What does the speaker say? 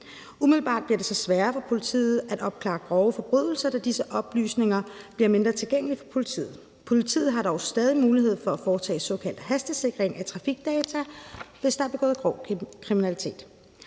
Umiddelbart bliver det så sværere for politiet at opklare grove forbrydelser, da disse oplysninger bliver mindre tilgængelige for politiet. Politiet har dog stadig en mulighed for at foretage en såkaldt hastesikring af trafikdata, hvis der er begået grov kriminalitet.